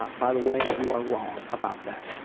but by the way, you are wrong about that.